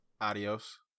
adios